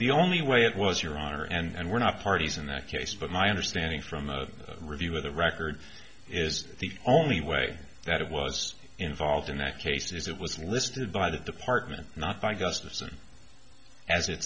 the only way it was your honor and were not parties in that case but my understanding from a review of the record is the only way that it was involved in that case is it was listed by the department not by g